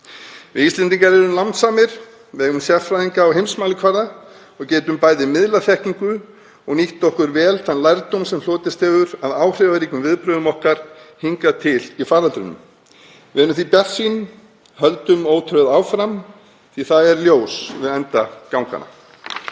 Við Íslendingar erum lánsamir. Við eigum sérfræðinga á heimsmælikvarða og getum bæði miðlað þekkingu og nýtt okkur vel þann lærdóm sem hlotist hefur af áhrifaríkum viðbrögðum okkar hingað til í faraldrinum. Verum því bjartsýn og höldum ótrauð áfram því að það er ljós við enda ganganna.